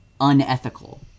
unethical